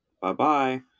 Bye-bye